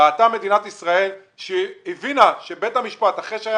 ראתה מדינת ישראל והבינה שבית המשפט אחרי שהיה